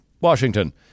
Washington